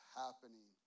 happening